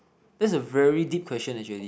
that's a very deep question actually